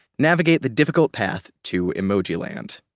navigate the difficult path to emoji land.